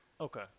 Okay